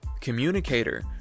communicator